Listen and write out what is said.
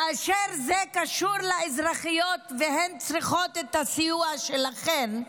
כאשר זה קשור לאזרחיות והן צריכות את הסיוע שלכם.